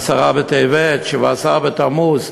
עשרה בטבת, שבעה-עשר בתמוז,